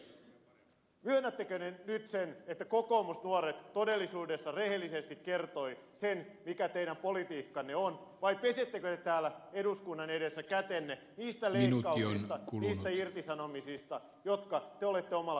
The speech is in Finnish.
myönnättekö te nyt sen että kokoomusnuoret todellisuudessa rehellisesti kertoi sen mikä teidän politiikkanne on vai pesettekö te täällä eduskunnan edessä kätenne niistä leikkauksista niistä irtisanomisista jotka te olette omalla politiikallanne aiheuttaneet